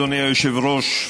אדוני היושב-ראש,